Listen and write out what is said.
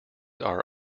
are